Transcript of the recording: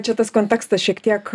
čia tas kontekstas šiek tiek